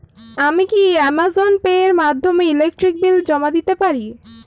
আমি কি Amazon Pay এর মাধ্যমে ইলেকট্রিক বিল জমা দিতে পারি?